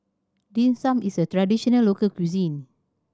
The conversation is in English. Dim Sum is a traditional local cuisine